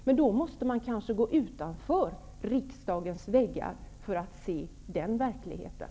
Men man kanske måste gå utanför riksdagens väggar för att se den verkligheten.